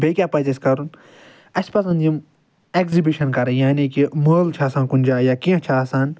بیٚیہِ کیٚاہ پزِ اسہِ کرُن اسہِ پزن یِم ایگزِبِشن کرٕنۍ یعنے کہِ مٲلہٕ چھُ آسان کُنہِ جاے یا کینٛہہ چھُ آسان